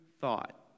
thought